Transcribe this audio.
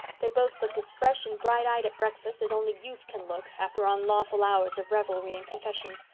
they both looked as fresh and bright-eyed at breakfast as only youth can look after unlawful hours of revelry and confession.